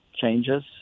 changes